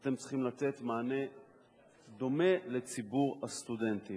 אתם צריכים לתת מענה דומה לציבור הסטודנטים.